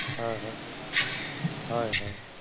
ᱦᱳᱭ ᱦᱳᱭ ᱦᱳᱭ ᱦᱳᱭ